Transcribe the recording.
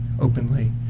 openly